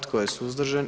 Tko je suzdržan?